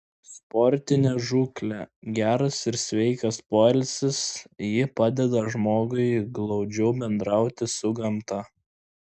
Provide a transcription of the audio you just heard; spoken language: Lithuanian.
sportinė žūklė geras ir sveikas poilsis ji padeda žmogui glaudžiau bendrauti su gamta